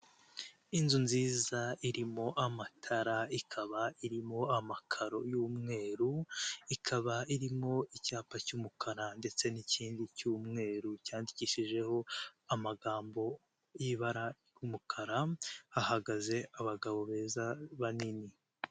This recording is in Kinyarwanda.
Inzu nziza irimo amatara ikaba irimo amakaro y'umweru ikaba irimo icyapa cy'umukara ndetse n'ikindi cy'umweru cyandikishijeho amagambo y'ibara ry'umukara hahagaze abagabo beza banini.